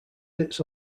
sits